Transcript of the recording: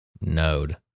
node